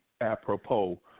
apropos